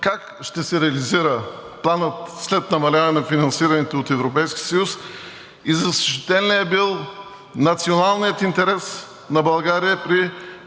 как ще се реализира Планът след намаляване на финансирането от Европейския съюз и защитен ли е бил националният интерес на България при